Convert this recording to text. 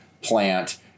plant